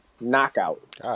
knockout